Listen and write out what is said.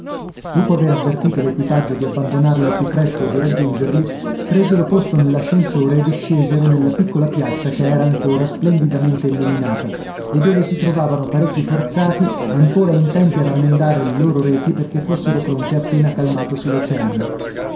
dopo aver avvertito l'equipaggio di abbandonarla al più presto e di raggiungerli presero posto nell'ascensore e discesero nella piccola piazza che era ancora splendidamente illuminata e dove si trovavano parecchi forzati ancora intenti a rammendare le loro reti perché fossero pronte appena calmatosi l'oceano